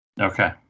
Okay